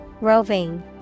Roving